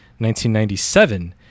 1997